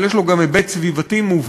אבל יש לו גם היבט סביבתי מובהק,